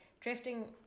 drifting